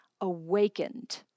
awakened